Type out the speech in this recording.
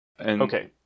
Okay